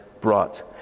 brought